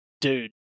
Dude